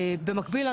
במקביל,